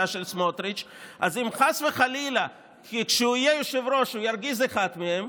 של סמוטריץ' אז אם חס וחלילה כשהוא יהיה יושב-ראש הוא ירגיז אחד מהם,